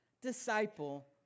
Disciple